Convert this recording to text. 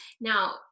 Now